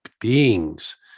beings